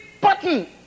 button